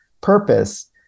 purpose